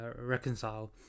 reconcile